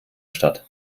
statt